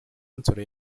nsoro